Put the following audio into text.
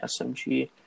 SMG